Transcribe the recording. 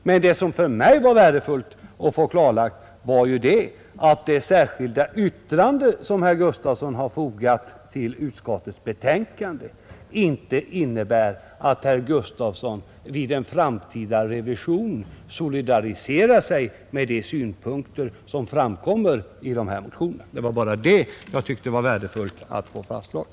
Men det som för mig var värdefullt att få klarlagt var att det särskilda yttrande som herr Gustafson har fogat till utskottets betänkande inte innebär att herr Gustafson vid en framtida revision solidariserar sig med de synpunkter som framkommer i dessa motioner. Jag tycker det var värdefullt att få detta fastslaget.